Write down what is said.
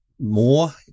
more